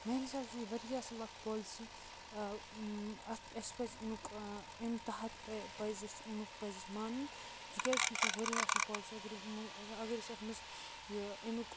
میانہِ حِسابہٕ چھِ یہِ واریاہ اَصٕل اکھ پولسی اَتھ اَسہِ پَزِ اَمیُک امہِ تَحت اَمیُک پَزِ اَسہِ مانُن تِکیازِ کہِ یہِ چھےٚ واریاہ اَصٕل اکھ پولسی اَگرٕے اَگر أسۍ اَتھ منٛز یہِ اَمیُک